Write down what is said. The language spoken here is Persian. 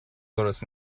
درست